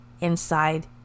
inside